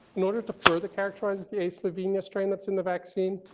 in order to further characterize the a slovenia strain that's in the vaccine,